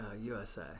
USA